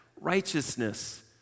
righteousness